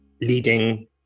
leading